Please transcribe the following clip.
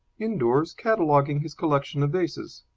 indoors, cataloguing his collection of vases.